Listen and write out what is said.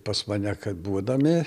pas mane kad būdami